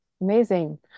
amazing